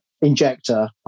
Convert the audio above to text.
injector